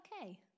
okay